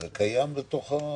זה קיים בתוך ה